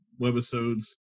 webisodes